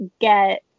get